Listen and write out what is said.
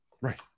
Right